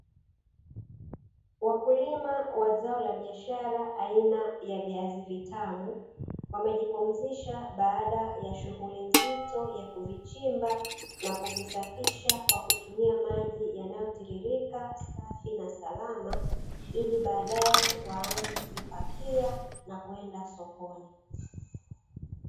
Wakulima wa zao la biashara aina ya viazi vitamu, wamejipumzisha baada ya shughuli nzito ya kuvichimba na kuvisafisha kwa kutumia maji yanayotirirka safi na salama, ili baadaye waanze kuvipakia na kwenda sokoni.